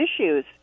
issues